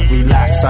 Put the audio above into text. Relax